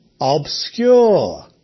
obscure